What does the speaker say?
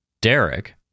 Derek